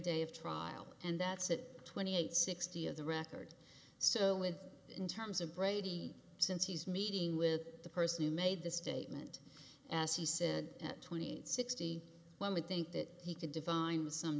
day of trial and that's it twenty eight sixty of the record so with in terms of brady since he's meeting with the person who made the statement as he said at twenty eight sixty one we think that he can define some